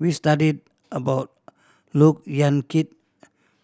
we studied about Look Yan Kit